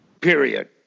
Period